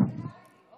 אתה מדלג עליי?